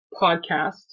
podcast